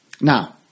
Now